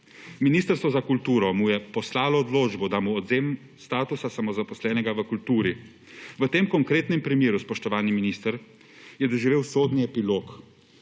Ministrstvo za kulturo mu je poslalo odločbo, da mu odvzema status samozaposlenega v kulturi. V tem konkretnem primeru, spoštovani minister, je doživel sodni epilog.